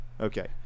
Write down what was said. Okay